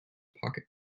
pocket